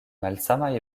malsamaj